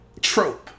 trope